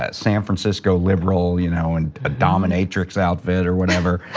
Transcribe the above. ah san francisco liberal you know and a dominatrix outfit or whatever.